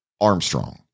Armstrong